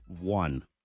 one